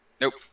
Nope